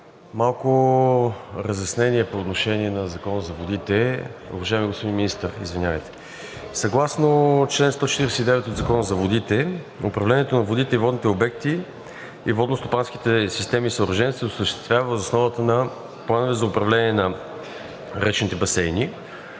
Малко разяснения по отношение на Закона за водите. Уважаеми господин Министър, извинявайте! Съгласно чл. 149 от Закона за водите управлението на водите и водните обекти и водно-стопанските системи и съоръжения се осъществява въз основа на планове за управление на речните басейни.